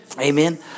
Amen